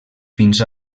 fins